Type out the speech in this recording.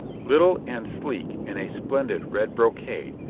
little and sleek, in a splendid red brocade,